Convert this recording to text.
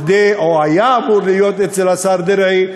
או היה אמור להיות אצל השר דרעי,